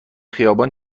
خیابان